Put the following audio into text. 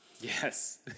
Yes